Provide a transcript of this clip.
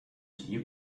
you